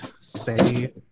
say